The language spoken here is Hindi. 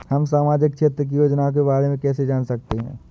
हम सामाजिक क्षेत्र की योजनाओं के बारे में कैसे जान सकते हैं?